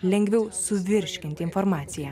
lengviau suvirškint informaciją